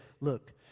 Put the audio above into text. look